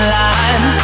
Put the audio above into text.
line